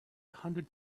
hundred